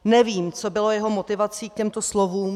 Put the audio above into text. Nevím, co bylo jeho motivací k těmto slovům.